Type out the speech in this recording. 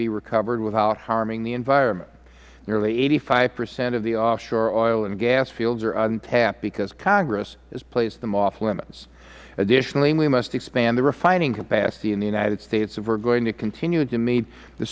be recovered without harming the environment nearly eighty five percent of the offshore oil and gas fuels are untapped because congress has placed them off limits additionally we must expand the refining capacity in the united states if we are going to continue to meet the